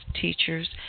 teachers